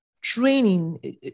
training